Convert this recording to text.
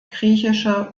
griechische